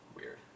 weird